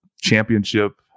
championship